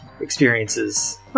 experiences